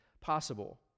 possible